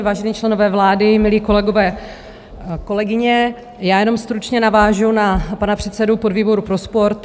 Vážení členové vlády, milí kolegové, kolegyně, jenom stručně navážu na pana předsedu podvýboru pro sport.